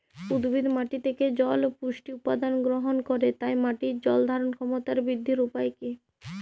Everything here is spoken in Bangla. উদ্ভিদ মাটি থেকে জল ও পুষ্টি উপাদান গ্রহণ করে তাই মাটির জল ধারণ ক্ষমতার বৃদ্ধির উপায় কী?